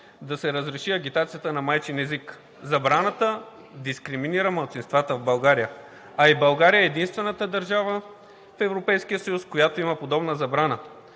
да се разреши агитацията на майчин език. Забраната дискриминира малцинствата в България, а и България е единствената държава в Европейския съюз, която има подобна забрана.